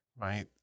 right